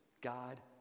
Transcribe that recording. god